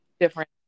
different